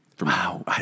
Wow